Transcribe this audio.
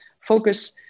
focus